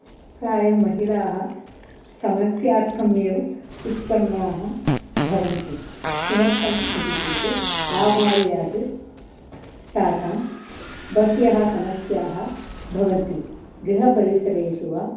प्रायः महिलाः समस्यार्थम् एव उत्पन्नाः भवन्ति किमर्थम् इति चेत् आबाल्यात् तासां बह्व्यः समस्याः भवन्ति गृहपरिसरेषु वा